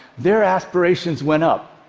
their aspirations went up.